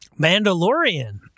Mandalorian